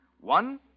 One